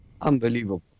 Unbelievable